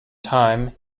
time